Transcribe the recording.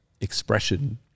expression